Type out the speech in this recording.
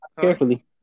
Carefully